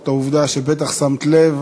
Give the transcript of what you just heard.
הוא העובדה שבטח שמת לב